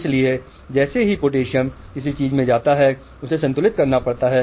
इसलिए जैसे ही पोटेशियम किसी चीज में जाता है उसे संतुलित करना पड़ता है